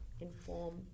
inform